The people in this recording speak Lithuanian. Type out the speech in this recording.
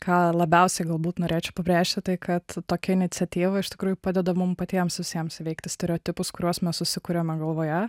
ką labiausiai galbūt norėčiau pabrėžti tai kad tokia iniciatyva iš tikrųjų padeda mum patiems visiems įveikti stereotipus kuriuos mes susikuriame galvoje